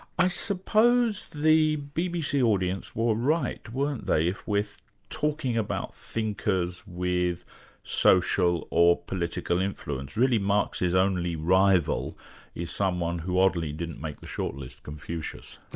i suppose the bbc audience were right, weren't they, if we're talking about thinkers with social or political influence, really marx's only rival is someone who oddly didn't make the shortlist, confucius.